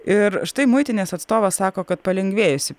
ir štai muitinės atstovas sako kad palengvėjusi